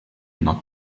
not